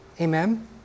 amen